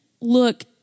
look